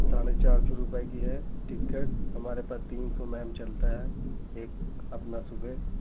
साढ़े चार सौ रुपये की है टिकट हमारे पास तीन शो मैम चलता है एक अपना सुबह